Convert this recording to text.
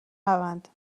نبند